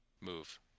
move